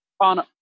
on